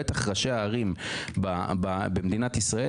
בטח ראשי הערים במדינת ישראל,